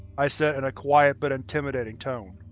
i said in a quiet, but intimidating tone.